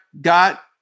got